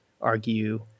argue